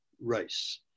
race